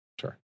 Sure